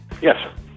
Yes